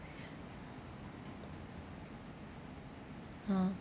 ha